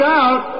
out